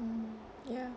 mm ya